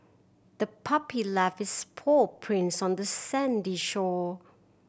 the puppy left its paw prints on the sandy shore